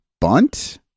bunt